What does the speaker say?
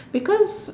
because